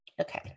Okay